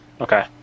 Okay